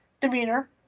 demeanor